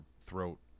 throat